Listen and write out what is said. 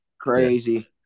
Crazy